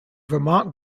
vermont